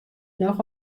noch